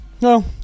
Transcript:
no